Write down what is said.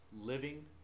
living